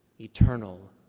eternal